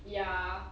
ya